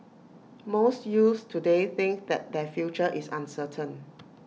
most youths today think that their future is uncertain